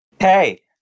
Hey